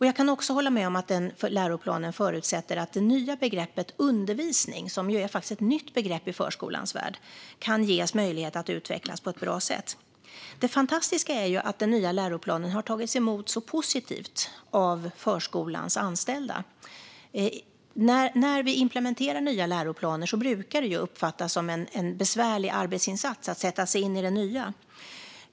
Jag kan också hålla med om den läroplanen förutsätter att det nya begreppet undervisning - det är ju faktiskt ett nytt begrepp i förskolans värld - kan ges möjlighet att utvecklas på ett bra sätt. Det fantastiska är ju att den nya läroplanen har tagits emot så positivt av förskolans anställda. När vi implementerar nya läroplaner brukar det uppfattas som en besvärlig arbetsinsats att sätta sig in i det nya.